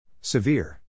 Severe